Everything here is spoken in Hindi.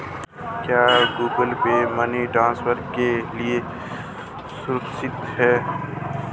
क्या गूगल पे मनी ट्रांसफर के लिए सुरक्षित है?